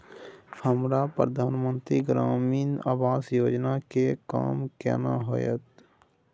हमरा प्रधानमंत्री ग्रामीण आवास योजना के काम केना होतय?